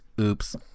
Oops